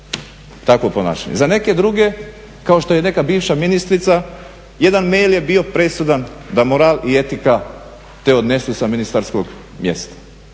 takvo ponašanje, za neke druge kao što je neka bivša ministrica jedan mail je bio presudan da moral i etika te odnesu sa ministarskog mjesta.